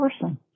person